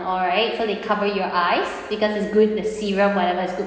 all right so they cover your eyes because is good the serum whatever is good